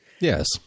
yes